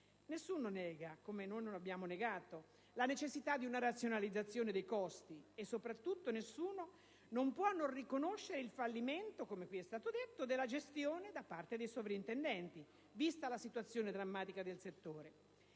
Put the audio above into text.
Nessuno nega (come noi non abbiamo negato) la necessità di una razionalizzazione dei costi, e soprattutto non si può non riconoscere il fallimento ‑ come qui è stato detto ‑ della gestione da parte dei sovrintendenti, vista la situazione drammatica del settore.